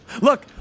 Look